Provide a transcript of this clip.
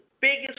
biggest